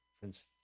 prince